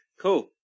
Cool